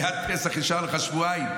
כי עד פסח נשארו שבועיים.